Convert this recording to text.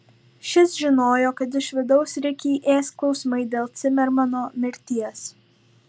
šis žinojo kad iš vidaus rikį ės klausimai dėl cimermano mirties